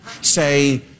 Say